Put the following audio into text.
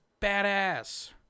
badass